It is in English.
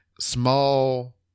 small